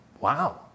Wow